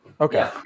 Okay